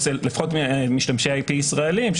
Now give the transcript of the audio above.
לפחות ממשתמשי IP ישראליים.